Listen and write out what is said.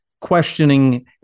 questioning